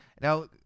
Now